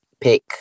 pick